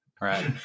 Right